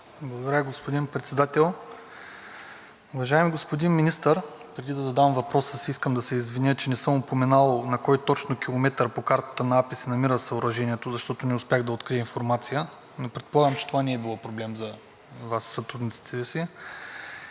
Благодаря, господин Председател. Преди да задам въпроса си, искам да се извиня, че не съм упоменал на кой точно километър по картата на АПИ се намира съоръжението, защото не успях да открия информация, но предполагам, че това не е било проблем за Вас и сътрудниците Ви.